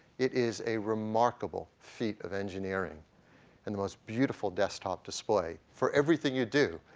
it is a remarkable feat of engineering and the most beautiful desktop display for everything you do.